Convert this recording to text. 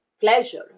pleasure